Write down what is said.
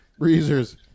Breezers